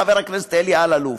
חבר הכנסת אלי אלאלוף.